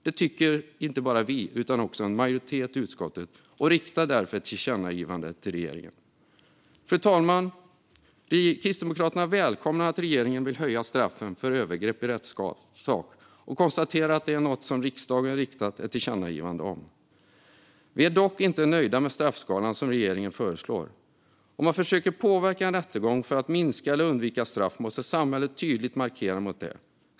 Det tycker inte bara vi utan också en majoritet i utskottet, och vi föreslår därför ett tillkännagivande till regeringen. Fru talman! Kristdemokraterna välkomnar att regeringen vill höja straffen för övergrepp i rättssak och konstaterar att det är något som riksdagen riktat ett tillkännagivande om. Vi är dock inte nöjda med straffskalan som regeringen föreslår. Om man försöker påverka en rättegång för att minska eller undvika straff måste samhället tydligt markera mot det.